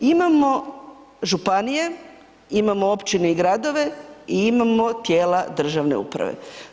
Imamo županije, imamo općine i gradove i imamo tijela državne uprave.